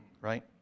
right